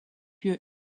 lieu